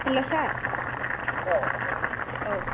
हेल' सार